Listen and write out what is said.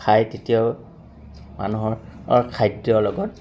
খাই তেতিয়াও মানুহৰ খাদ্যৰ লগত